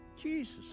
Jesus